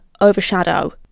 overshadow